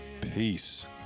peace